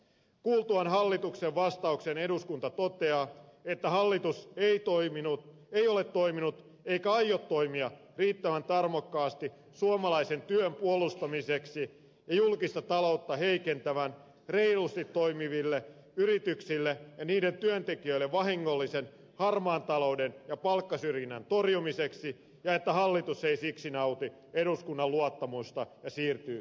kuultuaan hallituksen vastauksen eduskunta toteaa että hallitus ei ole toiminut eikä aio toimia riittävän tarmokkaasti suomalaisen työn puolustamiseksi ja julkista taloutta heikentävän reilusti toimiville yrityksille ja niiden työntekijöille vahingollisen harmaan talouden ja palkkasyrjinnän torjumiseksi ja että hallitus ei siksi nauti eduskunnan luottamusta ja siirtyy